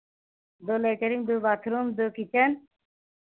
दो लैटरीन दो बाथरूम दो किचन